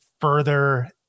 further